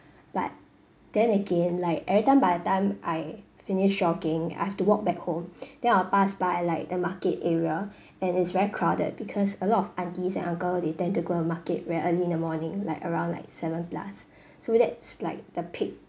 but then again like every time by the time I finish jogging I have to walk back home then I'll pass by like the market area and it's very crowded because a lot of aunties and uncle they tend to go the market very early in the morning like around like seven plus so that's like the peak